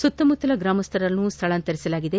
ಸುತ್ತಮುತ್ತಲ ಗ್ರಾಮಸ್ಥರನ್ನು ಸ್ಥಳಾಂತರಿಸಲಾಗಿದೆ